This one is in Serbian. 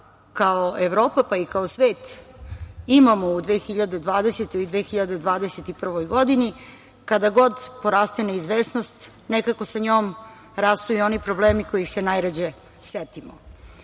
kao Evropa, pa i kao svet, imamo u 2020. i 2021. godini. Kada god poraste neizvesnost, nekako sa njom rastu i oni problemi kojih se najređe setimo. Ono